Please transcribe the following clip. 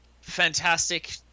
Fantastic